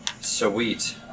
Sweet